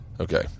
Okay